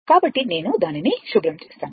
కాబట్టి నేను దానిని శుభ్రం చేస్తాను